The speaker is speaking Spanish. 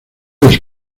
les